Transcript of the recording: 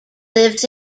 lives